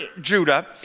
Judah